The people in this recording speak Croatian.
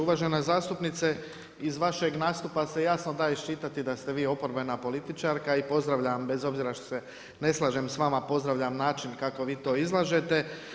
Uvažena zastupnice iz vašeg nastupa se jasno da iščitati da ste vi oporbena političarka i pozdravljam bez obzira što se ne slažem sa vama pozdravljam način kako vi to izlažete.